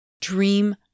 Dream